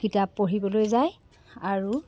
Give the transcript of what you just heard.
কিতাপ পঢ়িবলৈ যায় আৰু